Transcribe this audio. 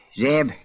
Zeb